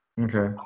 Okay